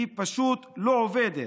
היא פשוט לא עובדת?